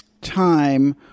time –